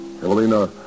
Helena